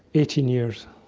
eighteen years,